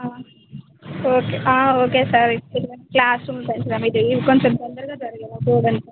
okay okay sir వీళ్ళకి classrooms అవి తొందరగా జరిగేలా చూడండి సార్